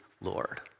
Lord